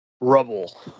rubble